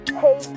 hey